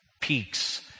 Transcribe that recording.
peaks